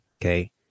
okay